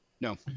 No